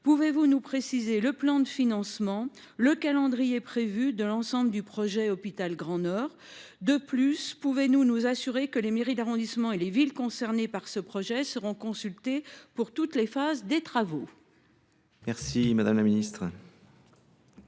pouvez vous préciser le plan de financement et le calendrier prévu pour l’ensemble du projet d’hôpital Grand Paris Nord ? De plus, pouvez vous nous assurer que les maires des arrondissements et des villes concernées par ce projet seront consultés pour toutes les phases des travaux ? La parole est à Mme la ministre